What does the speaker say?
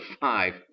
five